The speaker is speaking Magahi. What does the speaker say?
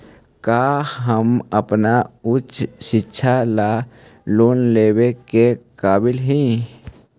का हम अपन उच्च शिक्षा ला लोन लेवे के काबिल ही?